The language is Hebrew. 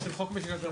של חוק --- אוקיי.